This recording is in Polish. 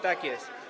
Tak jest.